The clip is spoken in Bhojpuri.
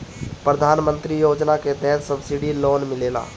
प्रधान मंत्री योजना के तहत सब्सिडी लोन मिलेला